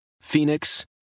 Phoenix